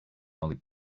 molly